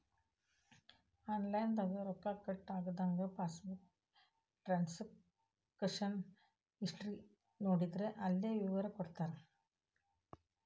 online ದಾಗ ರೊಕ್ಕ cut ಆಗಿದನ್ನ ಪಾಸ್ಬುಕ್ ಟ್ರಾನ್ಸಕಶನ್ ಹಿಸ್ಟಿ ನೋಡಿದ್ರ ಅಲ್ಲೆ ವಿವರ ಕೊಟ್ಟಿರ್ತಾರ